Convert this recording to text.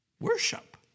worship